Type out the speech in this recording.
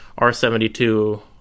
R72